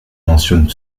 mentionne